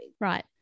Right